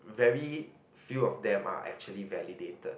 very few of them are actually validated